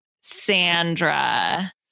Sandra